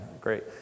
great